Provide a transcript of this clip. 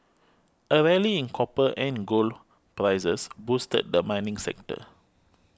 a rally in copper and gold prices boosted the mining sector